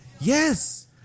yes